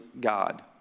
God